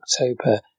October